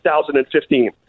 2015